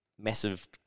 massive